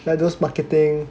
like those those marketing